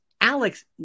Alex